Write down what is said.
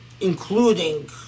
including